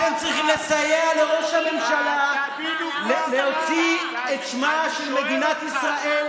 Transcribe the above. אתם צריכים לסייע לראש הממשלה להוציא את שמה של מדינת ישראל,